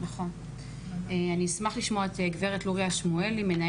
אז ראשית, תודה